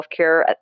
healthcare